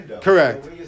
correct